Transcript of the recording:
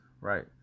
right